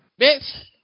Bitch